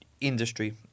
industry